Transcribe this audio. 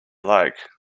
like